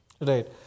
Right